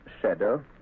Shadow